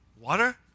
water